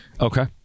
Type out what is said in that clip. Okay